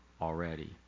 already